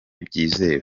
byizewe